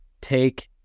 take